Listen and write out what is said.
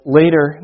later